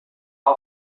all